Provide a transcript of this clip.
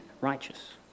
righteous